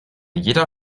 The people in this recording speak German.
jeder